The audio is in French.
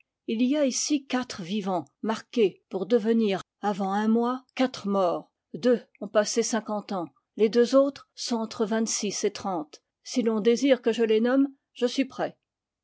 il y a ici quatre vivants marqués pour devenir avant un mois quatre morts deux ont passé cinquante ans les deux autres sont entre vingt six et trente si l'on désire que je les nomme je suis prêt